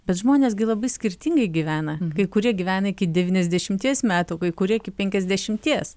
bet žmonės gi labai skirtingai gyvena kai kurie gyvena iki devyniasdešimties metų kai kurie iki penkiasdešimties